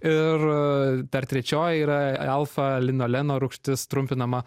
ir dar trečioji yra alfa linoleno rūgštis trumpinama